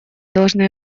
должны